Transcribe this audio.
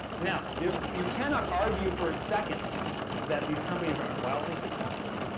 now there's, you cannot argue for a second that these companies are um wildly successful.